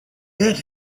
that